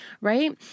right